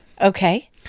Okay